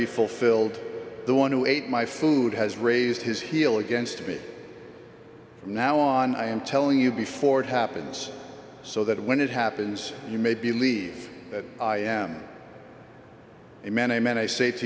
be fulfilled the one who ate my food has raised his heel against me now on i am telling you before it happens so that when it happens you may believe that i am a man a man i say